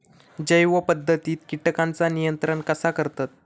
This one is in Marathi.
जैव पध्दतीत किटकांचा नियंत्रण कसा करतत?